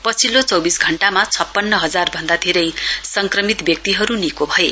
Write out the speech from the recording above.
पछिल्लो चौविस घण्टामा छप्पन्न हजार भन्दा धेरै सङक्रमित व्यक्तिहरु निको भए